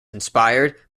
inspired